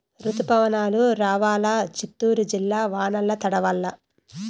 రుతుపవనాలు రావాలా చిత్తూరు జిల్లా వానల్ల తడవల్ల